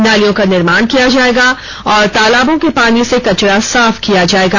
नालियों का निर्माण किया जाएगा और तालाबों के पानी से कचरा साफ किया जाएगा